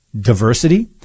diversity